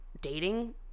dating